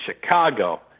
Chicago